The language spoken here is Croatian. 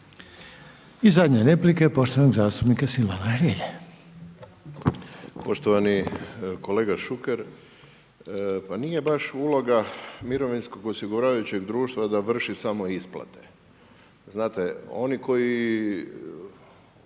I zadnja replika je poštovanog zastupnika Silvana Hrelje.